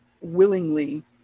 willingly